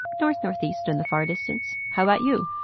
north, northeast in the far distance how about you?